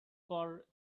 for